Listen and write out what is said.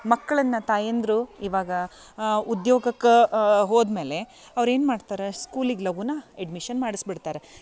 ಮಕ್ಕಳನ್ನ ತಾಯಂದಿರು ಇವಾಗ ಉದ್ಯೋಗಕ್ಕೆ ಹೋದ ಮೇಲೆ ಅವ್ರು ಏನು ಮಾಡ್ತಾರೆ ಸ್ಕೂಲಿಗೆ ಲಗೂನ ಎಡ್ಮಿಷನ್ ಮಾಡಿಸ್ಬಿಡ್ತಾರೆ